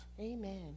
Amen